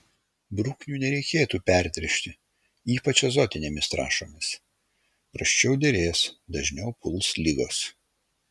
bruknių nereikėtų pertręšti ypač azotinėmis trąšomis prasčiau derės dažniau puls ligos